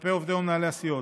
כלפי עובדי ומנהלי הסיעות.